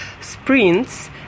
sprints